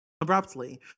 abruptly